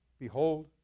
Behold